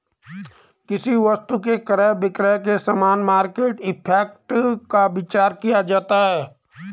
किसी वस्तु के क्रय विक्रय के समय मार्केट इंपैक्ट का विचार किया जाता है